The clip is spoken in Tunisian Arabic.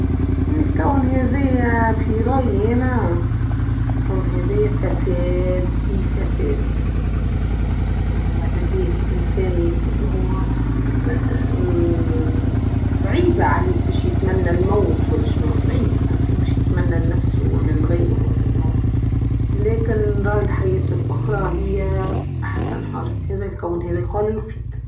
الكون هاذايا في رأي أنا الكون هاذايا فسااااااد في فساد و ماذا بيا الإنسان يتنو هو ممممم صعيبه عليه بيش يتمنى الموت ويش صعيبه الإنسان بيش يتمنى لنفسه ولا لغيره للموت لاكن راي الحياة الأخرى هى أحسن حاجه لذا الكون هاذا الكون.....